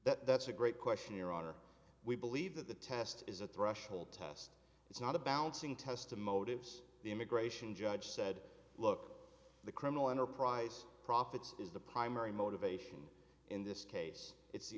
that's a great question your honor we believe that the test is a threshold test it's not a balancing test to motives the immigration judge said look the criminal enterprise profits is the primary motivation in this case it's the